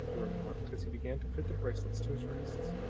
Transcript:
he remarked, as he began to fit the bracelets to his wrists,